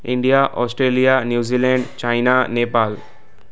India Australia New Zealand China Nepal